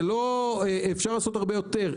אפשר לעשות הרבה יותר,